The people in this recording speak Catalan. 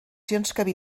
poblacions